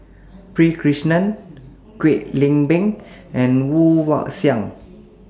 P Krishnan Kwek Leng Beng and Woon Wah Siang